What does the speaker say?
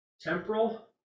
temporal